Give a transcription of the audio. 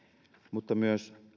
mutta myös